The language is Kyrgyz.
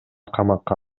камакка